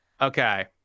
okay